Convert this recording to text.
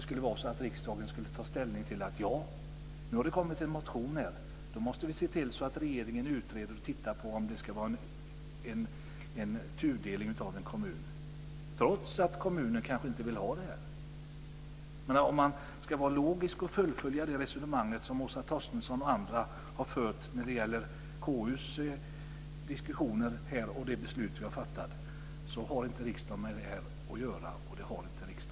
Skulle riksdagen då ta ställning och säga att det nu väckts en motion och att man måste se till att regeringen utreder och tittar på om det ska vara en tudelning av en kommun, trots att kommunen kanske inte vill det? Men om man ska vara logisk och fullfölja det resonemang som Åsa Torstensson och andra har fört när det gäller KU:s diskussioner här och det beslut som vi har fattat så har riksdagen inte med detta att göra.